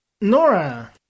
Nora